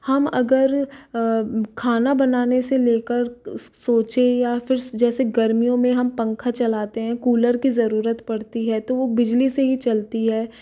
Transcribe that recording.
हम अगर खाना बनाने से लेकर सोचें या फिर जैसे गर्मियों में हम पंखा चलाते हैं कूलर की ज़रूरत पड़ती है तो वह बिजली से ही चलती है